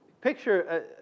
picture